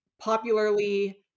popularly